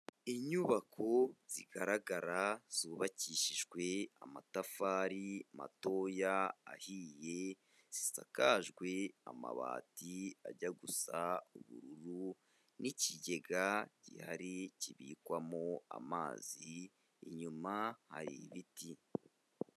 Inyubako zigaragara, zubakishijwe amatafari matoya ahiye, zisakajwe amabati ajya gusa ubururu, n'ikigega gihari kibikwamo amazi, inyuma hari ibiti.